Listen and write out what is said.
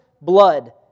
blood